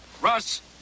russ